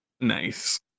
nice